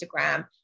Instagram